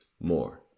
more